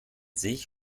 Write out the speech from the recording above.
sich